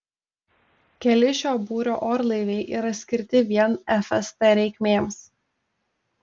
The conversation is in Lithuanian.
keli šio būrio orlaiviai yra skirti vien fst reikmėms